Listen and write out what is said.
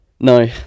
no